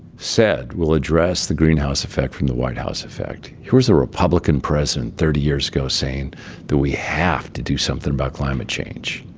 said, we'll address the greenhouse effect from the white house effect. here's a republican president, thirty years ago, saying that we have to do something about climate change.